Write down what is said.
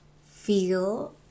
feel